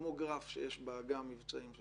כמו גרף שיש באגף מבצעים,